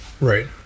Right